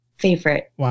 favorite